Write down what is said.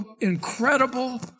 incredible